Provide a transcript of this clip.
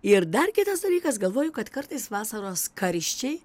ir dar kitas dalykas galvoju kad kartais vasaros karščiai